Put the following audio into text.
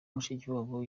mushikiwabo